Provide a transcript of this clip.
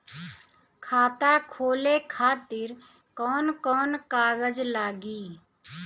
खाता खोले खातिर कौन कौन कागज लागी?